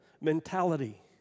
mentality